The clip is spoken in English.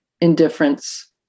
indifference